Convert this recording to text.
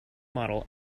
model